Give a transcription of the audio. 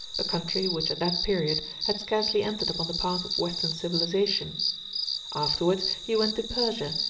a country which at that period had scarcely entered upon the path of western civilization afterwards he went to persia,